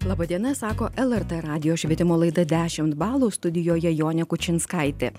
laba diena sako lrt radijo švietimo laida dešimt balų studijoje jonė kučinskaitė